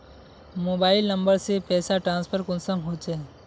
Mobile number से पैसा transfer कुंसम होचे?